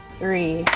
three